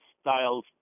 styles